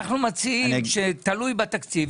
אנחנו מציעים שתלוי בתקציב.